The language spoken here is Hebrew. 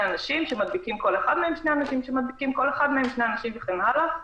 אנשים שכל אחד מהם מדביק שני אנשים וכן הלאה.